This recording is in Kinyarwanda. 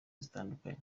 zitandukanye